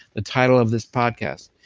the title of this podcast.